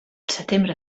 setembre